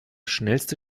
schnellste